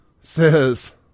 says